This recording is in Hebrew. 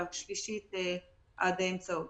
והשלישית עד אמצע אוגוסט.